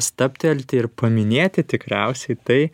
stabtelti ir paminėti tikriausiai tai